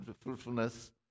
fruitfulness